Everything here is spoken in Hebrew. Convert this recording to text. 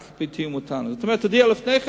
רק בתיאום אתנו, זאת אומרת תודיע לפני כן